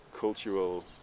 cultural